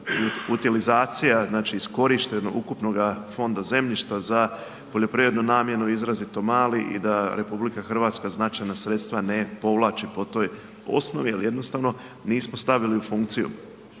utilizacija, znači iskorišteno ukupnoga fonda zemljišta za poljoprivrednu namjenu izrazito mali i da RH značajna sredstva ne povlači po toj osnovi jer jednostavno nismo stavili u funkciju.